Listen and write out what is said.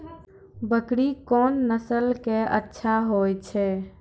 बकरी कोन नस्ल के अच्छा होय छै?